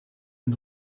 den